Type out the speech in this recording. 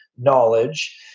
knowledge